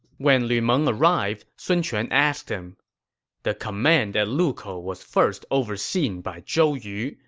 when lu meng arrived, sun quan asked him the command at lukou was first overseen by zhou yu,